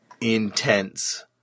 intense